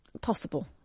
possible